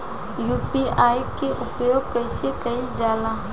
UPI के उपयोग कइसे कइल जाला?